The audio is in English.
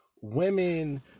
women